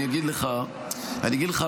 אני אגיד לך, אני אגיד לך.